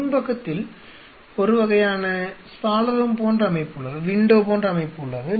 முன்பக்கத்தில் ஒரு வகையான சாளரம் போன்ற அமைப்பு உள்ளது